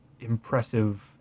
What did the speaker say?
impressive